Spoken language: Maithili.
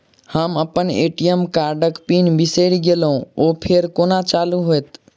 हम अप्पन ए.टी.एम कार्डक पिन बिसैर गेलियै ओ फेर कोना चालु होइत?